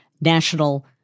national